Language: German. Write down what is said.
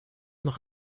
noch